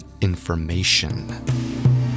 information